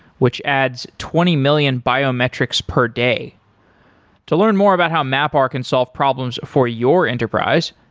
which adds twenty million biometrics per day to learn more about how mapr can solve problems for your enterprise,